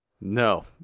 No